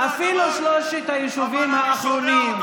אפילו שלושת היישובים האחרונים,